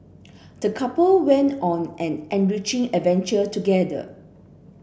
the couple went on an enriching adventure together